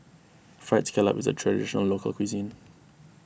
Fried Scallop is a Traditional Local Cuisine